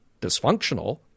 dysfunctional